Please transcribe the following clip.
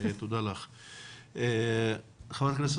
חברת הכנסת